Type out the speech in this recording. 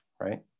right